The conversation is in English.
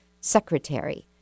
secretary